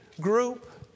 group